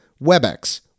Webex